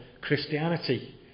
Christianity